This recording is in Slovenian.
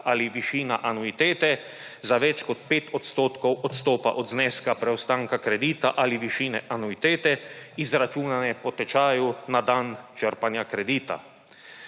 ali višina anuitete za več kot 5 odstotkov odstopa od zneska preostanka kredita ali višine anuitete, izračunane po tečaju na dan črpanja kredita.